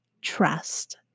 trust